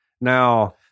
now